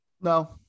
No